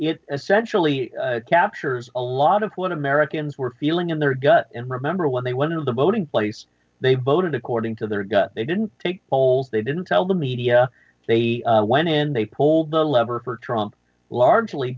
essentially captures a lot of what americans were feeling in their gut and remember when they went into the voting place they voted according to their they didn't take polls they didn't tell the media they went in they pulled the lever for trump largely